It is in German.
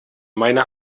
meine